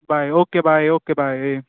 bye okay bye okay bye